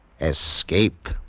Escape